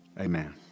Amen